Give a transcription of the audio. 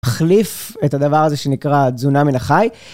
החליף את הדבר הזה שנקרא דזונה מלחי.